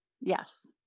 Yes